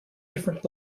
different